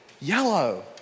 Yellow